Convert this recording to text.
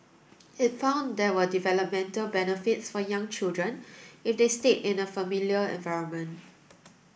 it found there were developmental benefits for young children if they stayed in a familiar environment